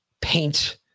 paint